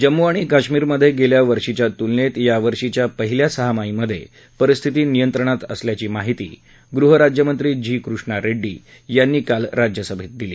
जम्मू आणि काश्मीरमधे गेल्या वर्षींच्या तुलनेत यावर्षींच्या पहिल्या सहामाहीमधे परिस्थिती नियंत्रणात असल्याची माहिती गृहराज्यमंत्री जी कृष्णा रेङ्डी यांनी काल राज्यसभेत दिली